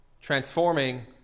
transforming